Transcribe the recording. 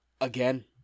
again